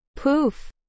Poof